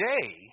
today